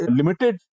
limited